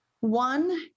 one